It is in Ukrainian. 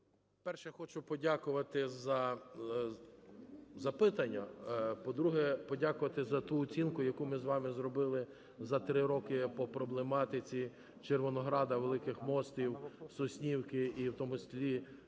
Перше. Хочу подякувати за запитання. По-друге, подякувати за ту оцінку, яку ми вами зробили за 3 роки по проблематиці Червонограда, Великих Мостів, Соснівки і, в тому числі,